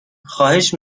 خواهش